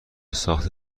ساخت